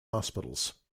hospitals